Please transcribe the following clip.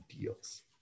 deals